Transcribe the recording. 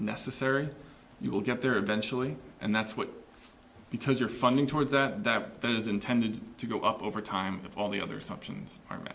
necessary you'll get there eventually and that's what because you're funding towards that that that is intended to go up over time all the others options are